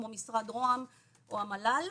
כמו משרד ראש הממשלה או המל"ל.